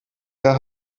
jahr